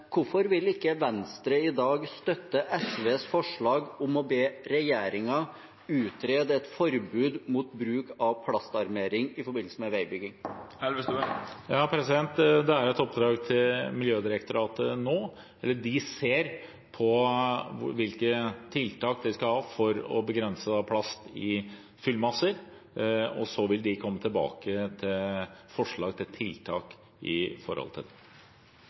Hvorfor vil ikke Venstre i dag støtte SVs forslag om å be regjeringen utrede et forbud mot bruk av plastarmering i forbindelse med veibygging? Det er et oppdrag til Miljødirektoratet nå. De ser på hvilke tiltak vi skal ha for å begrense plast i fyllmasser, og så vil de komme tilbake med forslag til tiltak. Fram til denne meldingen har den blå-blå regjeringen i